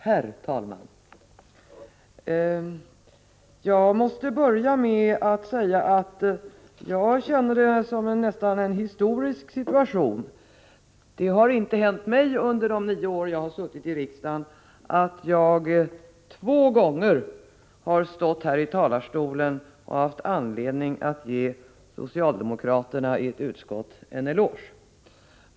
Herr talman! Jag måste börja med att säga att jag känner det som en nästan historisk situation. Det har inte hänt mig under de nio år jag suttit i riksdagen att jag två gånger stått i talarstolen och haft anledning ge socialdemokraterna i utskottet en eloge.